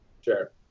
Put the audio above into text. sure